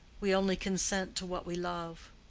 we only consent to what we love.